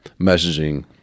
messaging